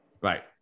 Right